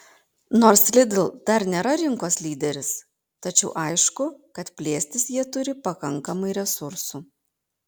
nors lidl dar nėra rinkos lyderis tačiau aišku kad plėstis jie turi pakankamai resursų